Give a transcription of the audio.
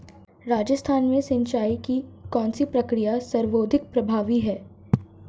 राजस्थान में सिंचाई की कौनसी प्रक्रिया सर्वाधिक प्रभावी है?